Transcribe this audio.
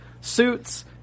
Suits